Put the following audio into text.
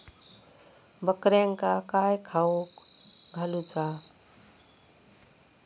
बकऱ्यांका काय खावक घालूचा?